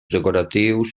decoratius